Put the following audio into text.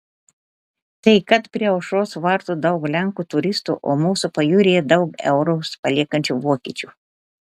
tai kad prie aušros vartų daug lenkų turistų o mūsų pajūryje daug eurus paliekančių vokiečių